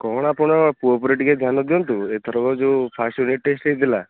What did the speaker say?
କ'ଣ ଆପଣ ପୁଅ ଉପରେ ଟିକେ ଧ୍ୟାନ ଦିଅନ୍ତୁ ଏଥରକ ଯେଉଁ ଫାଷ୍ଟ ୟୁନିଟ୍ ଟେଷ୍ଟ ହୋଇଥିଲା